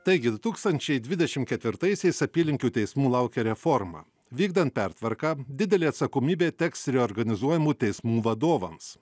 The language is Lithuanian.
taigi du tūkstančiai dvidešim ketvirtaisiais apylinkių teismų laukia reforma vykdant pertvarką didelė atsakomybė teks reorganizuojamų teismų vadovams